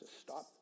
stop